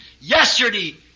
yesterday